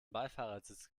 beifahrersitz